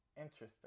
Interesting